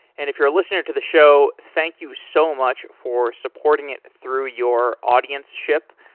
and if you're listening to the show, thank you so much for supporting it through your audienceship.